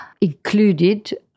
included